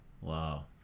Wow